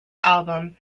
album